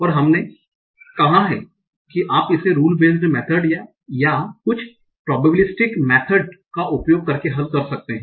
और हमने कहा कि आप इसे रुल बेस्ड मेथड्स या कुछ प्रोबेबिलिस्टिक मेथड्स का उपयोग करके हल कर सकते हैं